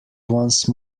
once